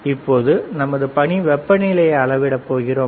இப்பொழுது நமது பணி வெப்பநிலையை அளவிட போகிறோம்